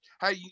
Hey